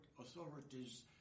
authorities